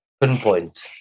pinpoint